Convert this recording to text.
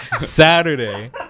Saturday